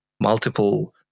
multiple